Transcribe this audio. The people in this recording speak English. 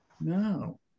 No